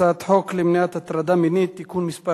הצעת חוק למניעת הטרדה מינית (תיקון מס'